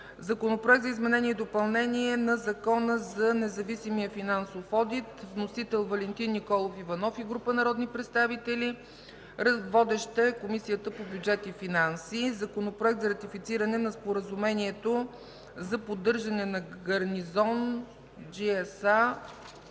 Законопроект за изменение и допълнение на Закона за независимия финансов одит. Вносители – Валентин Николов Иванов и група народни представители. Водеща е Комисията по бюджет и финанси. Законопроект за ратифициране на Споразумението за поддържане на гарнизон